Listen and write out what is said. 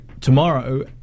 tomorrow